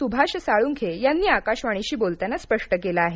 सुभाष साळुंखे यांनी आकाशवाणीशी बोलताना स्पष्ट केलं आहे